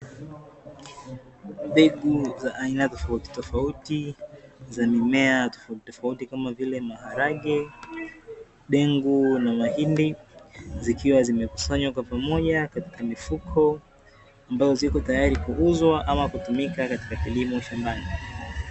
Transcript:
Mbegu za aina tofauti tofauti za mimea tofauti tofauti kama vile maharage, dengu na mahindi zikiwa zimekusanywa kwa pamoja katika mifuko ambazo ziko tayari kuuzwa ama kutumika katika kilimo shambani.